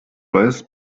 weiß